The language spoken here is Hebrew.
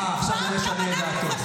אה, עכשיו הוא משנה את דעתו.